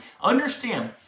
Understand